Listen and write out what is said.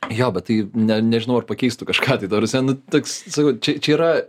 jo bet tai ne nežinau ar pakeistų kažką tai ta prasme nu toks sakau čia čia yra